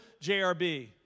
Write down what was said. JRB